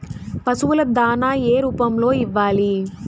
పశువుల దాణా ఏ రూపంలో ఇవ్వాలి?